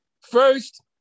First